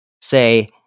say